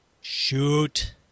shoot